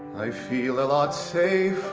i feel a lot safer